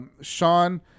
Sean